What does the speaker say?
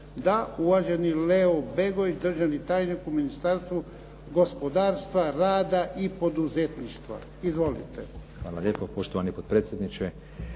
Da. Uvaženi Leo Begović, državni tajnik u Ministarstvu gospodarstva, rada i poduzetništva. Izvolite. **Begović, Leo** Hvala lijepo poštovani potpredsjedniče.